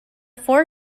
four